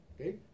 okay